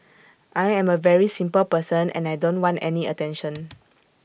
I am A very simple person and I don't want any attention